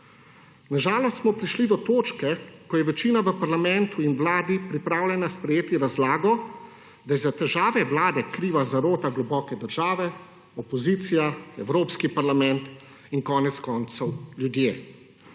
Na žalost smo prišli do točke, ko je večina v parlamentu in vladi pripravljena sprejeti razlago, da je za težave vlade kriva zarota globoke države, opozicija, Evropski parlament in konec koncev ljudje.